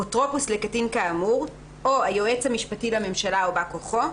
אפוטרופוס לקטין כאמור או היועץ המשפטי לממשלה או בא כוחו,